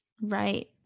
right